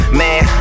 man